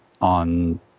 on